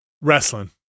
Wrestling